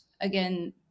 again